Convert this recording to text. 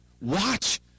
watch